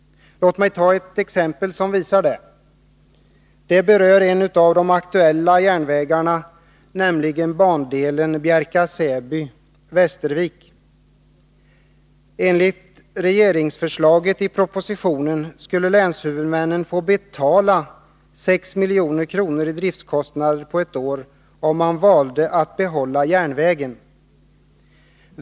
Låt mig ta ett exempel som visar detta. Det berör en av de aktuella järnvägarna, nämligen bandelen Bjärka/Säby-Västervik. Enligt regeringsförslaget i propositionen skulle länshuvudmännen få betala 6 milj.kr. i driftskostnad på ett år, om man valde att behålla järnvägen.